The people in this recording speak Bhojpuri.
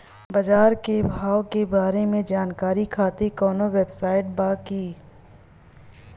बाजार के भाव के बारे में जानकारी खातिर कवनो वेबसाइट बा की?